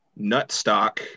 Nutstock